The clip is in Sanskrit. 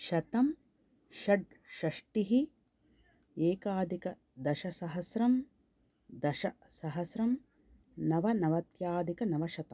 शतं षड् षष्ठिः एकाधिकदशसहस्रं दशसहस्रं नवनवत्याधिकनवशतं